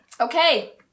Okay